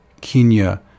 Kenya